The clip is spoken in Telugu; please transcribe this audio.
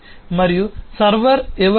మరియు సర్వర్ ఎవరు